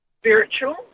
spiritual